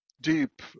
deep